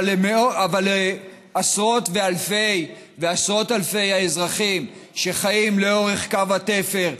אבל עשרות ואלפי האזרחים שחיים לאורך קו התפר,